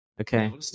Okay